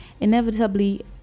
inevitably